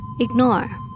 Ignore